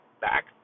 back